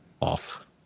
off